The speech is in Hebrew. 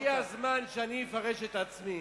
אולי הגיע הזמן שאני אפרש את עצמי,